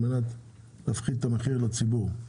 על מנת להפחית את המחיר לציבור.